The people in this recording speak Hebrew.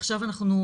עכשיו אנחנו,